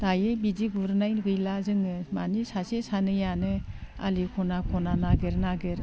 दायो बिदि गुरनाय गैला जोङो मानि सासे सानैयानो आलि खना खना नागिर नागिर